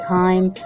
time